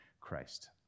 Christ